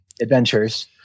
adventures